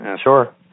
Sure